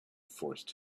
forced